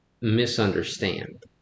misunderstand